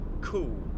cool